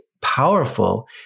powerful